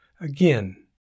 Again